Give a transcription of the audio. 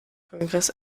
kongress